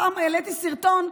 פעם העליתי סרטון,